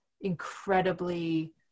incredibly